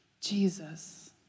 Jesus